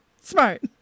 Smart